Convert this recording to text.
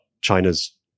China's